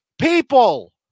people